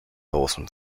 grossen